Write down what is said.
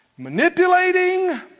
Manipulating